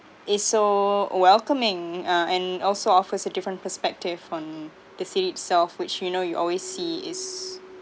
it's so welcoming uh and also offers a different perspective on the city itself which you know you always see it's